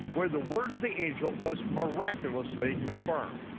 where the word of the angel was miraculously confirmed.